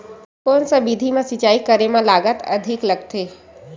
कोन सा विधि म सिंचाई करे म लागत अधिक लगथे?